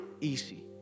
easy